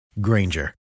Granger